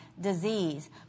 Disease